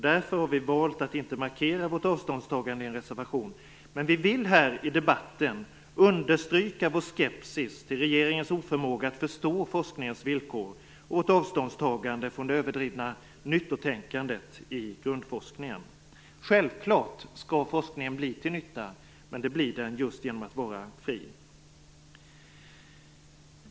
Därför har vi valt att inte markera vårt avståndstagande i en reservation, men vi vill här i debatten understryka att vi är skeptiska till regeringens förmåga att förstå forskningens villkor. Vidare vill vi markera vårt avståndstagande från det överdrivna nyttotänkandet i grundforskningen. Forskningen skall självfallet bli till nytta, men det blir den just genom att vara fri.